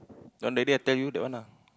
the one I tell you that day that one lah